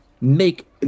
make